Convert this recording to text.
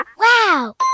Wow